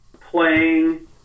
playing